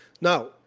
Now